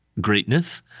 greatness